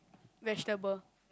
vegetable